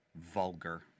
Vulgar